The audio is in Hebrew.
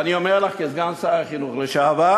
אני אומר לך, כסגן שר החינוך לשעבר,